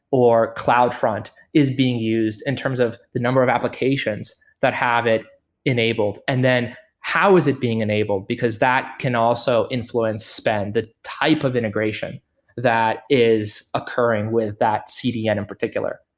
or cloud front is being used in terms of the number of applications that have it enabled? and then how is it being enabled? because that can also influence spend, the type of integration that is occurring with that cdn in particular.